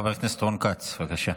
חבר הכנסת רון כץ, בבקשה.